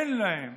אין להם